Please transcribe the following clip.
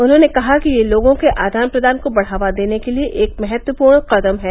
उन्होंने कहा कि यह लोगों के आदान प्रदान को बढ़ावा देने के लिए एक महत्वपूर्ण कदम है